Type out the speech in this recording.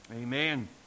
Amen